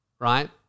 Right